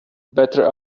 better